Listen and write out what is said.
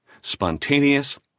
spontaneous